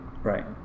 Right